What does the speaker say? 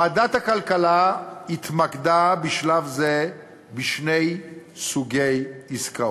ועדת הכלכלה התמקדה בשלב זה בשני סוגי עסקאות: